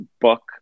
book